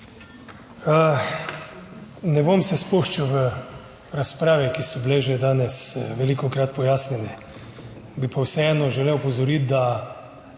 Ne bom se spuščal v razprave, ki so bile že danes velikokrat pojasnjene, bi pa vseeno želel opozoriti, da